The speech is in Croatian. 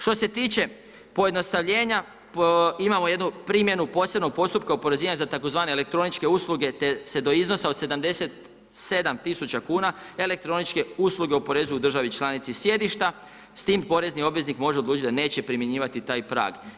Što se tiče pojednostavljenja, imamo jednu primjenu posebnog postupka oporezivanja za tzv. elektroničke usluge, te se do iznosa od 77 tisuća kuna elektroničke usluge oporezuju u državi članici sjedišta, s tim porezni obveznik može odlučiti da neće primjenjivati taj prag.